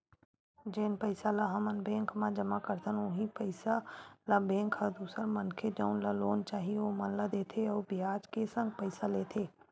जेन पइसा ल हमन बेंक म जमा करथन उहीं पइसा ल बेंक ह दूसर मनखे जउन ल लोन चाही ओमन ला देथे अउ बियाज के संग पइसा लेथे